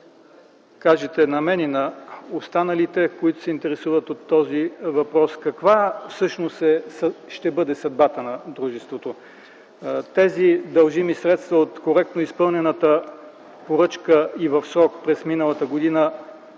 кажете на мен и на останалите, които се интересуват от този въпрос, каква всъщност ще бъде съдбата на дружеството. Тези дължими средства от коректно изпълнената поръчка и в срок през миналата година